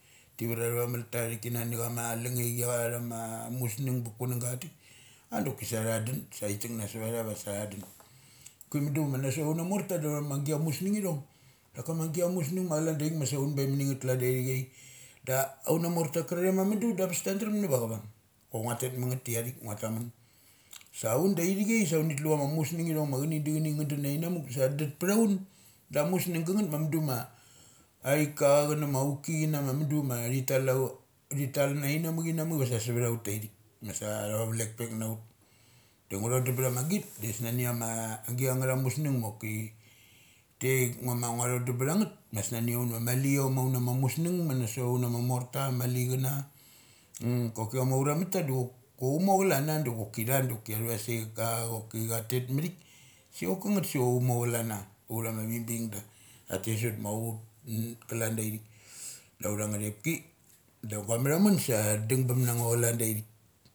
Ti var athava malta tathik kana nachama lungngechi athama musnung ba kunangga atik, a aoki sa tha dun ti tukna sa vatha vasa tha dun. Oki mudu ma na sot auth amorta da authama gia musnung ithong, daka amagia musngung ma chalan da ithik ma un be mani ngath ma calan dai thichi. Da aunmorta karare ma mudu da abes ta drem na chavung chok ngua tet mangeth tia thik ngua tet mangeth tia thik ngua tamnun. Sa un da ithi chai sa uni tlu chama musng ithong nachani da chani nga dun nani na muk sa dut ptha un da amusnung gangeth ma mudu ma aika chana mo auki ina ma du ma thi tal au thi tal ma ina muk in namuk vasa savtha ut tik masa athava vlek pek naut. Da ngu tho dum btha ma git da snani ama agia nga tha musnung moki tiaik ngua thodum btha ngeth ma suni un ama maliom auna ma musngung ma na sot auna ma morta mali chana koki ama ura mata doki chok amuo chalanna do choki tha da thava seka cha tet mathik. Sa chok ka ngeth so chok umo chalanna uth ama vi bing da. Tha tes ut ma ut ka lan da ithik. Da utha ngathepki da gua mathamun sa dung bum na ngo calan da ithik.